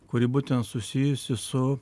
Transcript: kuri būtent susijusi su